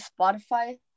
Spotify